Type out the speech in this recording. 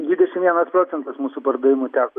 dvidešimt vienas procentas mūsų pardavimų teko